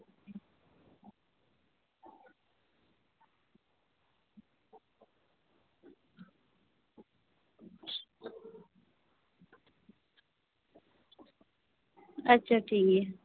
ᱟᱪᱪᱷᱟ ᱴᱷᱤᱠ ᱜᱮᱭᱟ